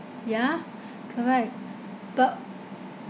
yeah correct but